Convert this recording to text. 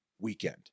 weekend